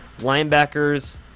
Linebackers